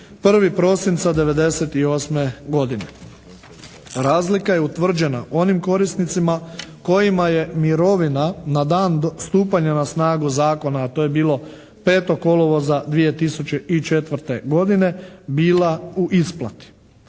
31. prosinca '98. godine. Razlika je utvrđena onim korisnicima kojima je mirovina na dan stupanja na snagu zakona, a to je bilo 5. kolovoza 2004. godine bila u isplati.